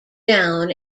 down